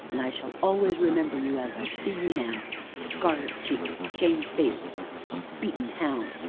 and i shall always remember you as i see you now scarlet-cheeked, shamefaced a beaten hound!